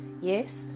yes